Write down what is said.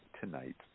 tonight